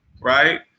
right